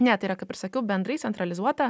ne tai yra kaip ir sakiau bendrai centralizuota